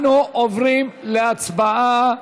אנחנו עוברים להצבעה,